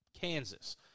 Kansas